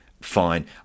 fine